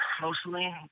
Mostly